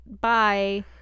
bye